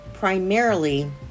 Primarily